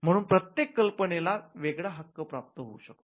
म्हणून प्रत्येक कल्पनेला वेगळा हक्क प्राप्त होऊ शकतो